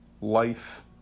life